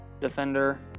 defender